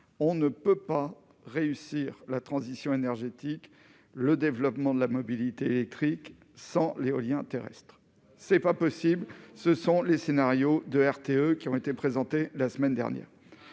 on ne pourra pas réussir la transition énergétique et le développement de la mobilité électrique sans l'éolien terrestre. Ce n'est pas possible, comme le montrent les scénarios de RTE présentés la semaine dernière.